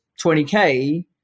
20K